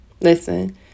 Listen